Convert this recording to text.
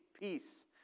peace